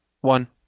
One